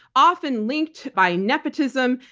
often linked by nepotism,